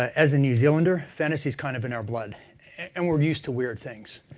as a new zealander, fantasy is kind of in our blood and we're used to weird things.